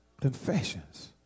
Confessions